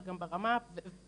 אבל גם ברמה של לא לגרש אותן.